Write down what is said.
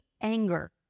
anger